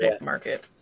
market